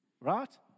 Right